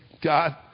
God